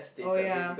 oh ya